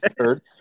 third